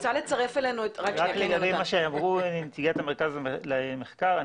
לגבי שאמרה נציגת מרכז המחקר והמידע של הכנסת,